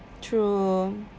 true